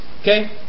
Okay